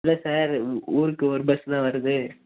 இல்லை சார் ஊருக்கு ஒரு பஸ்ஸு தான் வருது